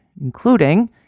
including